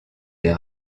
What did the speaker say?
des